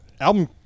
album